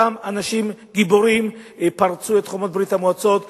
אותם אנשים גיבורים פרצו את חומות ברית-המועצות,